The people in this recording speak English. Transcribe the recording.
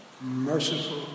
merciful